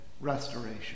restoration